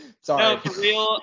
sorry